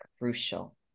crucial